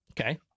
Okay